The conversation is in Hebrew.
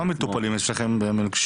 כמה מטופלים יש לכם במלכישוע?